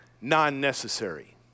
non-necessary